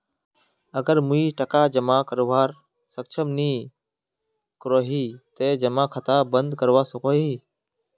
अगर मुई टका जमा करवात सक्षम नी करोही ते जमा खाता बंद करवा सकोहो ही?